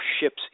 ships